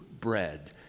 bread